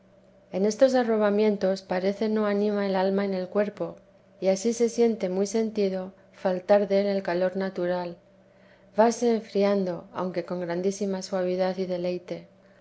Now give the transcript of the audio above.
en estos arrobamientos parece no anima el alma en el cuerpo y ansí se siente muy sentido faltar del el calor natural vase enfriando aunque con grandísima suavidad y deleite